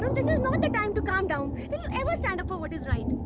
um this is not the time to calm down. do you ever stand up for what is right?